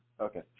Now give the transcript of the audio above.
Okay